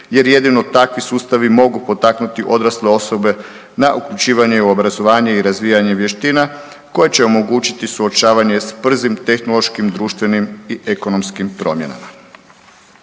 jer jedino takvi sustavi mogu potaknuti odrasle osobe na uključivanje u obrazovanje i razvijanje vještina, koje će omogućiti suočavanje s brzim tehnološkim, društvenim i ekonomskim promjenama.